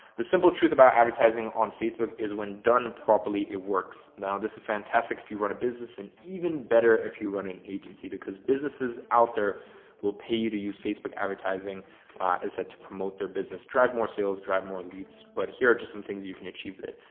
the simple truth about advertising on facebook is when done properly, it works. now, this is fantastic if you run a business and even better if you run an agency because businesses out there will pay you to use facebook advertising as i said to promote their business drive more sales, drive more leads, but here are just some things you can achieve with it.